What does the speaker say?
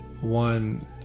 one